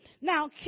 Now